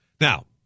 Now